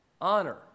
Honor